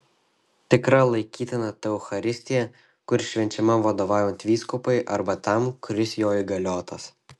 tikra laikytina ta eucharistija kuri švenčiama vadovaujant vyskupui arba tam kuris jo įgaliotas